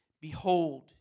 Behold